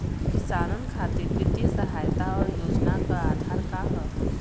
किसानन खातिर वित्तीय सहायता और योजना क आधार का ह?